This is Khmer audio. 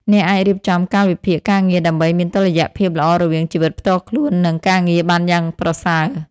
អ្នកអាចរៀបចំកាលវិភាគការងារដើម្បីមានតុល្យភាពល្អរវាងជីវិតផ្ទាល់ខ្លួន និងការងារបានយ៉ាងប្រសើរ។